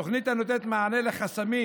תוכנית הנותנת מענה לחסמים